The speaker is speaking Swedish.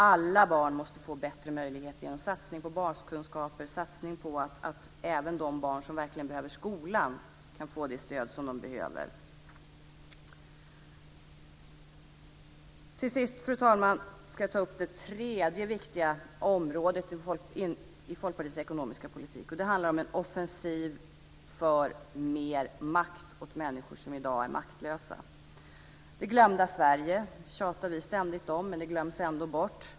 Alla barn måste få bättre möjlighet genom satsning på baskunskaper. Även de barn som verkligen behöver skolan ska få det stöd de behöver. Till sist, fru talman, ska jag ta upp det tredje viktiga området i Folkpartiets ekonomiska politik. Det handlar om en offensiv för mer makt åt människor som i dag är maktlösa. Det glömda Sverige tjatar vi ständigt om, men det glöms ändå bort.